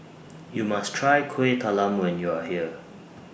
YOU must Try Kuih Talam when YOU Are here